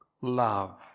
Love